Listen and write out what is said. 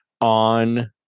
on